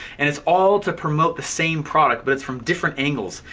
and it's all to promote the same product, but it's from different angles.